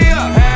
up